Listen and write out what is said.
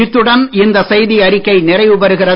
இத்துடன் இந்த செய்தி அறிக்கை நிறைவு பெறுகிறது